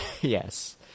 Yes